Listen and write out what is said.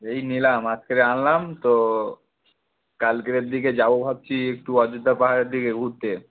এই নিলাম আজকেরে আনলাম তো কালকেরের দিকে যাবো ভাবছি একটু অযোধ্যা পাহাড়ের দিকে ঘুরতে